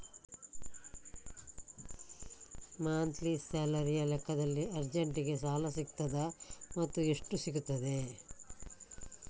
Monthly ಸ್ಯಾಲರಿಯ ಲೆಕ್ಕದಲ್ಲಿ ಅರ್ಜೆಂಟಿಗೆ ಸಾಲ ಸಿಗುತ್ತದಾ ಮತ್ತುಎಷ್ಟು ಸಿಗುತ್ತದೆ?